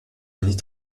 unis